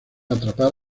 atrapar